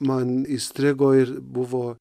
man įstrigo ir buvo